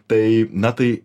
tai na tai